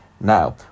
Now